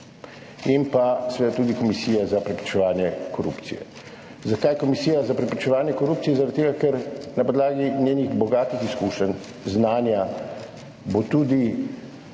službe in Komisija za preprečevanje korupcije. Zakaj Komisija za preprečevanje korupcije? Zaradi tega ker bo na podlagi njenih bogatih izkušenj, znanja tudi